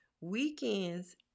weekends